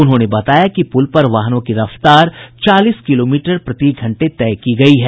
उन्होंने बताया कि पुल पर वाहनों की रफ्तार चालीस किलोमीटर प्रतिघंटे तय की गयी है